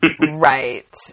right